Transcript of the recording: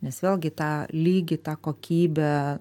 nes vėlgi tą lygį tą kokybę